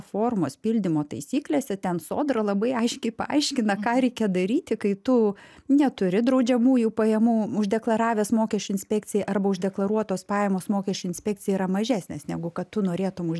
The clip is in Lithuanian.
formos pildymo taisyklėse ten sodra labai aiškiai paaiškina ką reikia daryti kai tu neturi draudžiamųjų pajamų uždeklaravęs mokesčių inspekcijai arba uždeklaruotos pajamos mokesčių inspekcija yra mažesnės negu kad tu norėtum už